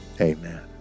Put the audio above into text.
amen